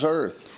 earth